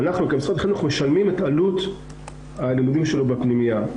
משרד החינוך משלם את עלות הלימודים שלו בפנימייה.